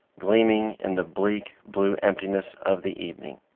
gleaming in the bleak blue emptiness of the evening.